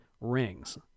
rings